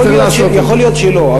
יכול להיות שלא,